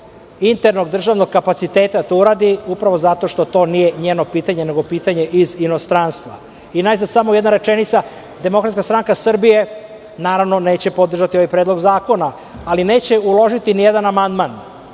internog državnog kapaciteta da to uradi, upravo zato što to nije njeno pitanje, nego pitanje iz inostranstva. Najzad samo jedna rečenica, DSS naravno neće podržati ovaj Predlog zakona, ali neće uložiti ni jedan amandman.